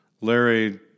Larry